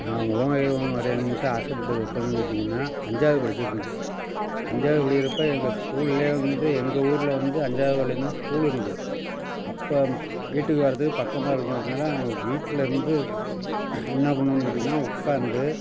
நான் ஓவியம் வரையணுன்ட்டு ஆசைப்பட்டது எப்போன்னு கேட்டிங்கன்னால் அஞ்சாவது படிச்சிட்டு இருந்தேன் அஞ்சாவது படிக்கிறப்போ எங்கள் ஸ்கூல்ல வந்து எங்க ஊர்ல வந்து அஞ்சாவது வரையிலேந்தான் ஸ்கூலு இருந்தது அப்போ வீட்டுக்கு வரதுக்கு பக்கமாக இருக்குங்கிறதனால அவங்க வீட்டில இருந்து என்ன பண்ணோம்னு கேட்டிங்கன்னால் உட்காந்து